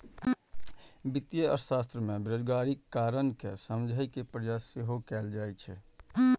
वित्तीय अर्थशास्त्र मे बेरोजगारीक कारण कें समझे के प्रयास सेहो कैल जाइ छै